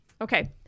okay